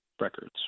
records